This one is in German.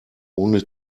ohne